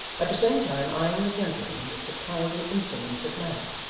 at the same time eyeing the gentleman with surprising insolence of manner,